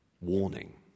warning